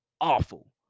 awful